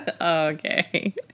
Okay